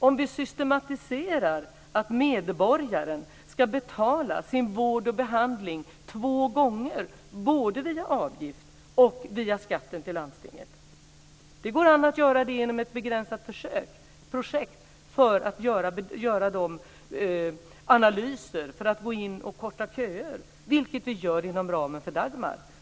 Att systematisera att medborgaren ska betala sin vård och behandling två gånger, både via avgift och via skatten till landstinget, går an att göra inom ett begränsat försök, ett projekt, för att göra analyser och för att korta köer, vilket vi gör inom ramen för Dagmar.